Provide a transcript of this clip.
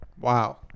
Wow